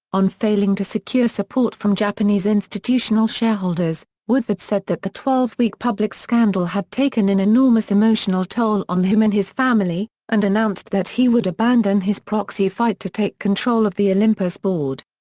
on failing to secure support from japanese institutional shareholders, woodford said that the twelve week public scandal had taken an enormous emotional toll on him and his family, and announced that he would abandon his proxy fight to take control of the olympus board.